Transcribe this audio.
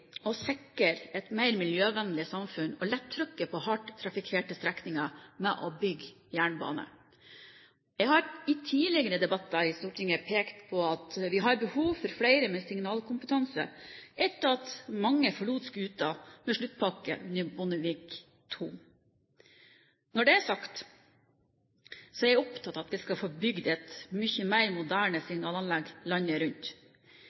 trykket på hardt trafikkerte strekninger ved å bygge jernbane. Jeg har i tidligere debatter i Stortinget pekt på at vi har behov for flere med signalkompetanse, etter at mange forlot skuta med sluttpakke under Bondevik II. Når det er sagt, er jeg opptatt av at vi skal få bygd et mye mer moderne signalanlegg landet rundt.